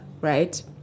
right